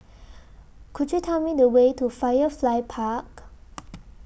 Could YOU Tell Me The Way to Firefly Park